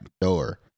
door